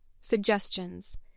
suggestions